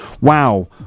Wow